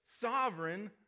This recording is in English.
sovereign